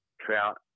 trout